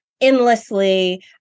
endlessly